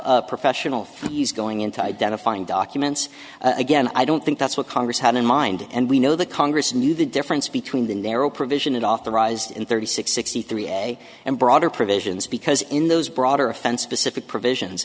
have professional fees going into identifying documents again i don't think that's what congress had in mind and we know the congress knew the difference between the narrow provision it authorized in thirty six sixty three a and broader provisions because in those broader offense specific provisions